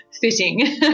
fitting